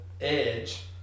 edge